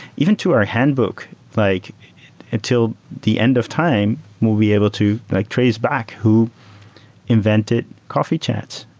even to our handbook, like until the end of time we'll be able to like trace back who invented coffee chats,